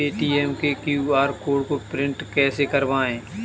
Paytm के QR code को print कैसे करवाएँ?